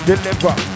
Deliver